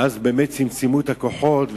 ואז באמת צמצמו את הכוחות,